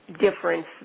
difference